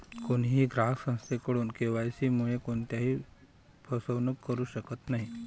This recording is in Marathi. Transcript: कोणीही ग्राहक संस्थेकडून के.वाय.सी मुळे कोणत्याही फसवणूक करू शकत नाही